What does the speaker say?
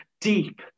deep